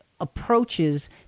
approaches